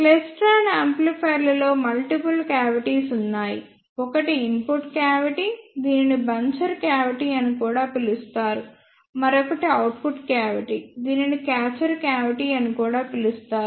klystron యాంప్లిఫైయర్లలో multiple cavities ఉన్నాయి ఒకటి ఇన్పుట్ క్యావిటీ దీనిని బంచర్ క్యావిటీ అని కూడా పిలుస్తారు మరొకటి అవుట్పుట్ క్యావిటీ దీనిని క్యాచర్ క్యావిటీ అని కూడా పిలుస్తారు